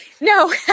no